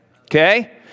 Okay